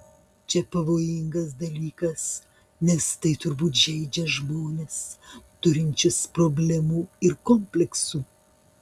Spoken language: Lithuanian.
čia pavojingas dalykas nes tai turbūt žeidžia žmones turinčius problemų ir kompleksų